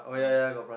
ah